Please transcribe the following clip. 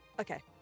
okay